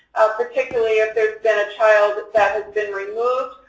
particularly if there's been a child that has been removed,